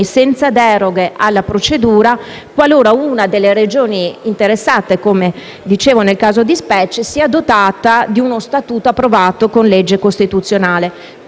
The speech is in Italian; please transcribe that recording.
senza deroghe alla procedura, qualora una delle Regioni interessate, come nel caso di specie, sia dotata di uno Statuto approvato con legge costituzionale.